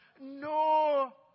no